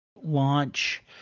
launch